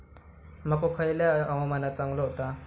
मको खयल्या हवामानात चांगलो होता?